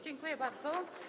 Dziękuję bardzo.